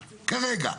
כרגע,